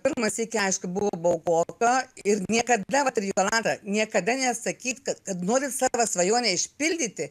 pirmą sykį aišku buvo baugoka ir niekada vat ir jolanta niekada nesakyt kad norint savo svajonę išpildyti